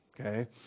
okay